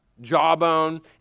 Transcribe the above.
jawbone